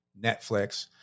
Netflix